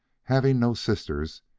having no sisters,